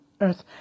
earth